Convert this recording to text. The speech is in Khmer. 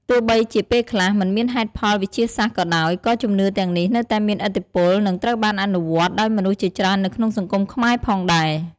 ទោះបីជាពេលខ្លះមិនមានហេតុផលវិទ្យាសាស្ត្រក៏ដោយ ក៏ជំនឿទាំងនេះនៅតែមានឥទ្ធិពល និងត្រូវបានអនុវត្តន៍ដោយមនុស្សជាច្រើននៅក្នុងសង្គមខ្មែរផងដែរ។